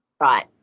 Right